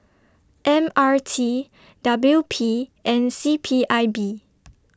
M R T W P and C P I B